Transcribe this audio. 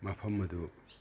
ꯃꯐꯝ ꯑꯗꯨ